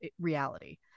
reality